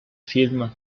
film